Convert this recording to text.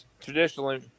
traditionally